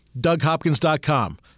DougHopkins.com